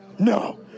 No